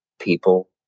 people